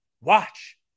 watch